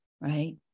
right